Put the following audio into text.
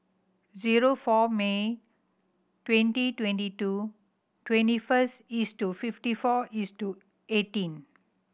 zero four May twenty twenty two twenty first to fifty four to eighteen